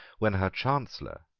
when her chancellor,